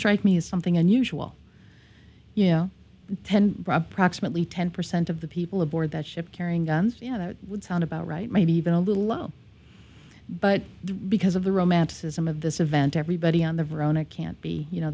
strike me as something unusual yeah ten proximately ten percent of the people aboard that ship carrying guns would sound about right maybe even a little low but because of the romanticism of this event everybody on the verona can't be you know